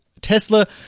Tesla